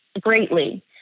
greatly